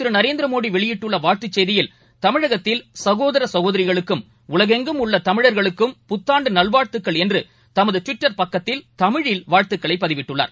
திருநரேந்திரமோடிவெளியிட்டுள்ளவாழ்த்துச் பிரதமர் ச்கோதர சகோதரிகளுக்கும் உலகெங்கும் உள்ளதமிழர்களுக்கும் புத்தாண்டுநல்வாழ்த்துக்கள் என்றுதமதுட்விட்டர் பக்கத்தில் தமிழில் வாழ்த்துக்களைபதிவிட்டுள்ளார்